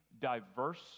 diverse